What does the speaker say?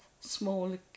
small